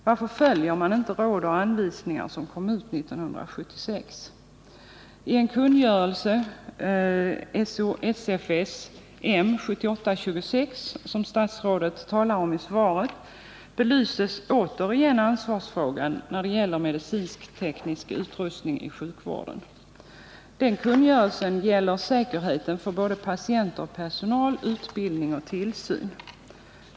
Varför följer man inte de råd och anvisningar som kom ut 1976? I en kungörelse, SOSFS 1978:26, som statsrådet talar om i svaret, belyses återigen ansvarsfrågan när det gäller medicinsk teknisk utrustning i sjukvården. Den kungörelsen gäller säkerheten för både patienter och personal, utbildning och tillsyn.